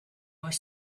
were